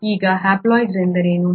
ಈಗ ಹ್ಯಾಪ್ಲಾಯ್ಡ್ಸ್ ಎಂದರೇನು